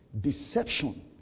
Deception